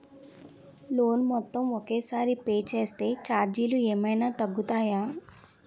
Loan మొత్తం ఒకే సారి పే చేస్తే ఛార్జీలు ఏమైనా తగ్గుతాయా?